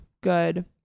good